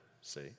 see